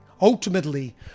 Ultimately